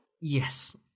Yes